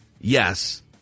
yes